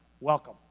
Welcome